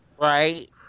Right